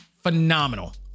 phenomenal